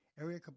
Area